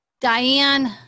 Diane